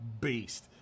beast